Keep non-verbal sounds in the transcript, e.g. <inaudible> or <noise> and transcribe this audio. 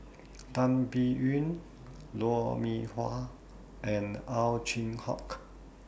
<noise> Tan Biyun Lou Mee Wah and Ow Chin Hock